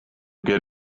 get